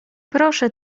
proszę